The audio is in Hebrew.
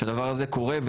כשהדבר הזה קורה,